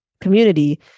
community